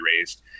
raised